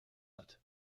hat